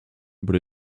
but